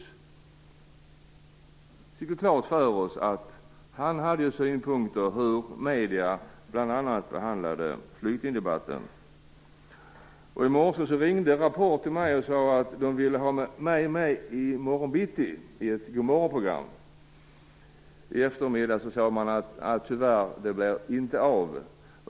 Vi fick klart för oss att han hade synpunkter på hur medierna bl.a. behandlar flyktingdebatten. I morse ringde man till mig från Rapport och sade att man ville att jag skulle delta i ett morgonprogram i morgon bitti. I eftermiddag sade man att det tyvärr inte blir av.